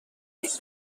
بریزه